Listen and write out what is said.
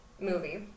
movie